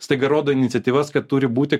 staiga rodo iniciatyvas kad turi būti